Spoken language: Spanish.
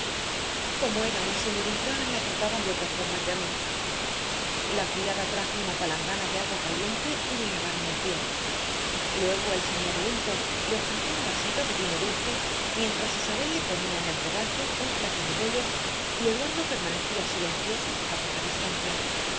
como era una señorita la trataban de otra forma que a mí la criada trajo una palangana de agua caliente y le lavaron el pie luego el señor linton le ofreció un vasito de vino dulce mientras isabel le ponía en el regazo un plato de bollos y eduardo permanecía silencioso a poca distancia